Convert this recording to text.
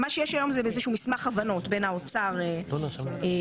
יש היום איזשהו מסמך הבנות בין האוצר להסתדרות